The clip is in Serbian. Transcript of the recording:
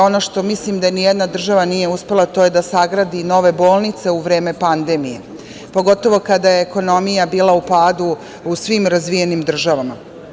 Ono što mislim da nijedna država nije uspela to je da sagradi nove bolnice u vreme pandemije, pogotovo kada je ekonomija bila u padu u svim razvijenim državama.